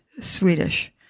Swedish